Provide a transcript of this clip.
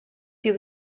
più